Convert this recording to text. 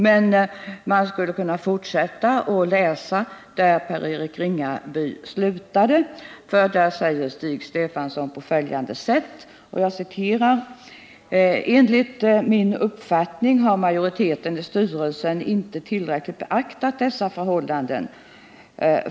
Jag skulle emellertid kunna fortsätta att läsa där Per-Eric Ringaby slutade — där säger Stig Stefanson på följande sätt: ”Enligt min uppfattning har majoriteten i styrelsen inte tillräckligt beaktat dessa förhållanden.